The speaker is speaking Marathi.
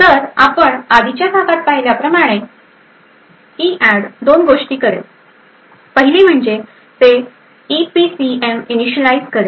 तर आपण आधीच्या भागात पाहिल्याप्रमाणे इऍड दोन गोष्टी करेल पहिली म्हणजे ते ईपीसीएम एनीशलाएझ करेल